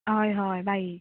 हय हय बाई